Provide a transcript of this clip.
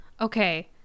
Okay